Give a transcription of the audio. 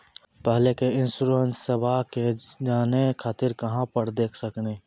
पहले के इंश्योरेंसबा के जाने खातिर कहां पर देख सकनी?